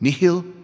Nihil